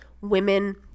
women